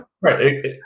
Right